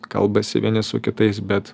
kalbasi vieni su kitais bet